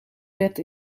wet